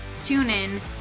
TuneIn